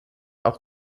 auch